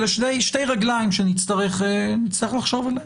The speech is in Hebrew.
אלה שתי רגליים שנצטרך לחשוב עליהן.